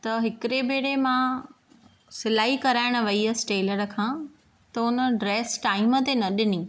त हिकिड़े भेरे मां सिलाई कराइणु वई हुअसि टेलर खां तो हुन ड्रैस टाइम ते न ॾिनी